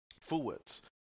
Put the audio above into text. forwards